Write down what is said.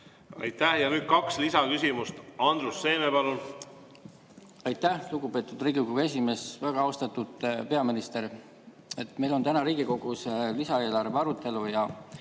Aitäh! Ja nüüd kaks lisaküsimust. Andrus Seeme, palun! Aitäh, lugupeetud Riigikogu esimees! Väga austatud peaminister! Meil on täna Riigikogus lisaeelarve arutelu.